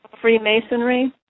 Freemasonry